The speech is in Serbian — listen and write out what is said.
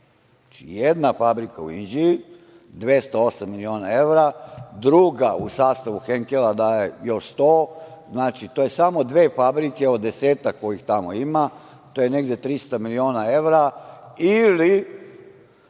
Znači, jedna fabrika u Inđiji, 208 miliona evra. Druga u sastavu „Henkela“ daje još 100. Znači, to je samo dve fabrike od desetak kojih tamo ima, to je negde 300 miliona evra ili